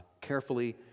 carefully